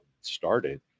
started